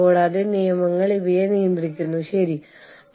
അല്ലെങ്കിൽ നിങ്ങൾ എങ്ങനെയാണ് എച്ച്ആർ സ്റ്റാഫിനെ പ്രാപ്തരാക്കുന്നത്